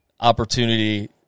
opportunity